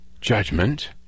judgment